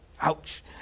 Ouch